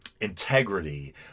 integrity